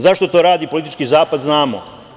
Zašto to radi politički zapad znamo.